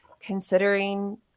considering